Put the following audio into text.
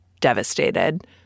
devastated